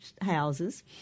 houses